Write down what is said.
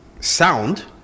sound